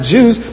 Jews